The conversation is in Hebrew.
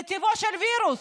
זה טבעו של וירוס.